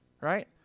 right